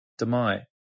demai